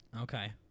Okay